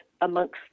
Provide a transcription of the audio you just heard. amongst